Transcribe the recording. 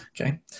okay